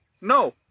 No